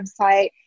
website